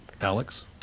Alex